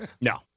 No